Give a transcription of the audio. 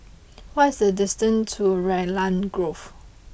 what is the distance to Raglan Grove